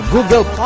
Google